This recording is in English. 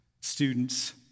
Students